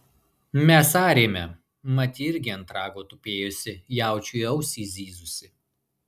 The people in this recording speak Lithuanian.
mes arėme mat ji irgi ant rago tupėjusi jaučiui į ausį zyzusi